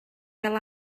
fel